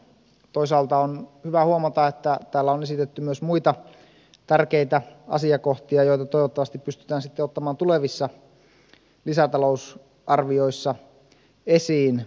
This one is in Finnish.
toisaalta on hyvä huomata että täällä on esitetty myös muita tärkeitä asiakohtia joita toivottavasti pystytään sitten ottamaan tulevissa lisätalousarvioissa esiin